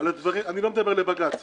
אני לא מדבר לבג"ץ.